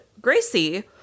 Gracie